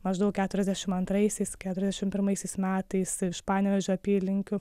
maždaug keturiasdešim antraisiais keturiasdešim pirmaisiais metais iš panevėžio apylinkių